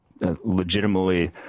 Legitimately